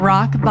Rock